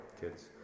kids